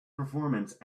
performance